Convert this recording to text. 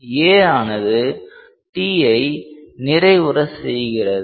A ஆனது Tஐ நிறைவுற செய்கிறது